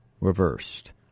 reversed